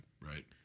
Right